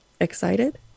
Excited